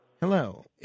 Hello